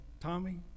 tommy